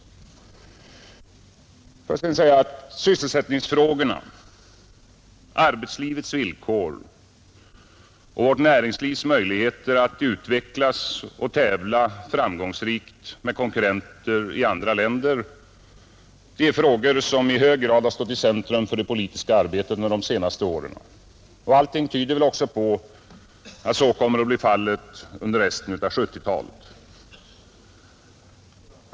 Statliga åt Får jag sedan säga att sysselsättningsfrågorna, arbetslivets villkor, vårt gärder inom näringslivs möjligheter att utvecklas i framgångsrik tävlan med konkursvensk varvsrenter i andra länder, är frågor som i hög grad stått i centrum för det industri politiska arbetet under de senaste åren, Allting tyder på att så kommer att bli fallet under resten av 1970-talet.